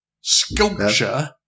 sculpture